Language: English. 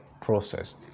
process